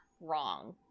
wrong